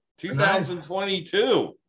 2022